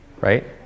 right